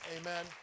Amen